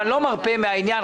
אני לא מרפה מן העניין.